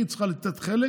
היא צריכה לתת חלק